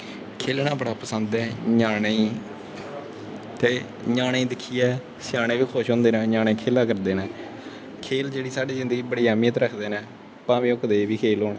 खेलना बड़ा पसंद ऐ ञ्यानें गी ते ञायानें गी दिक्खियै स्यानें बी खुश होंदे नै ञ्यानें खेला करदे नै खेल जेह्ड़े साढ़ी जिन्दगी च बड़ी ऐह्मियत रखदे नै भांवें ओह् जनेह् बी खेल होन